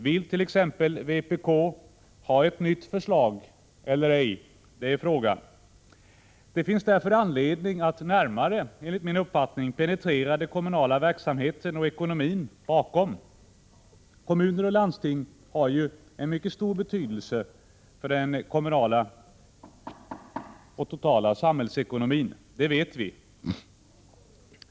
Vill t.ex. vpk ha ett nytt förslag eller ej? Det är frågan. Det finns därför anledning att närmare penetrera den kommunala verksamheten och ekonomin bakom. Kommuner och landsting har en mycket stor betydelse för den totala samhällsekonomin. Det vet vi.